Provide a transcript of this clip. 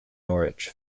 norwich